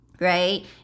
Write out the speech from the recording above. Right